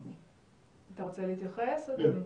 אתה רוצה להתייחס, אדוני?